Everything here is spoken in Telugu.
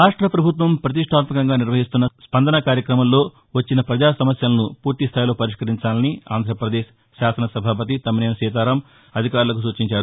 రాష్ట్ర ప్రభుత్వం పతిష్టాత్మకంగా నిర్వహిస్తున్న స్పందన కార్యక్రమంలో వచ్చిన ప్రజా సమస్యలను పూర్తి స్థాయిలో పరిష్కరించాలని ఆంధ్రపదేశ్ శాసన సభాపతి తమ్మినేని సీతారాం అధికారులకు సూచించారు